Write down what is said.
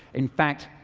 in fact,